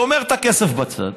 והוא שומר את הכסף בצד.